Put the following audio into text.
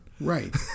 right